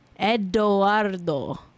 Eduardo